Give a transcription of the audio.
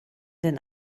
den